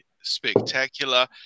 spectacular